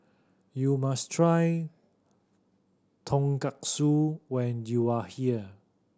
you must try Tonkatsu when you are here